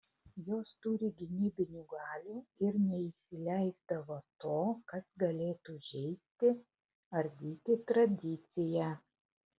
jos turi gynybinių galių ir neįsileisdavo to kas galėtų žeisti ardyti tradiciją